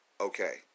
Okay